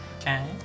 Okay